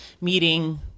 meeting